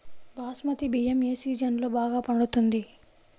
బాస్మతి బియ్యం ఏ సీజన్లో బాగా పండుతుంది?